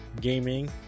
gaming